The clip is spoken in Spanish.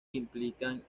implican